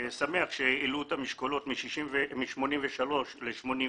אני שמח שהעלו את המשקולות מ-83 ל-84,